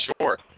sure